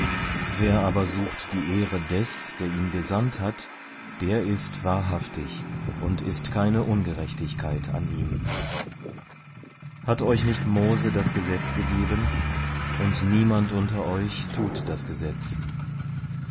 wer aber sucht die ehre des der ihn gesandt hat der ist wahrhaftig und ist keine ungerechtigkeit an ihm hat euch nicht mose das gesetz gegeben und niemand unter euch tut das gesetz